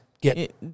get